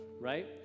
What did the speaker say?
Right